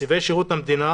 נציבי שירות המדינה